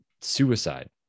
suicide